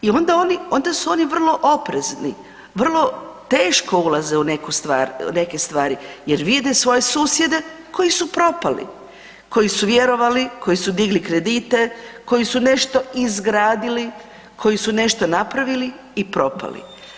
I onda oni, onda su oni vrlo oprezni, vrlo teško ulaze u neku stvari jer vide svoje susjede koji su propali, koji su vjerovali, koji su digli kredite, koji su nešto izgradili, koji su nešto napravili, i propali.